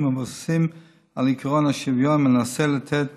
המבוססים על עקרון השוויון ומנסה לתת